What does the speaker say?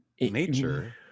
nature